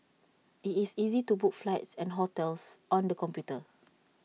IT is is easy to book flights and hotels on the computer